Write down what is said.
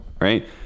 right